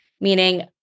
Meaning